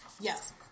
Yes